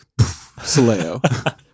Soleo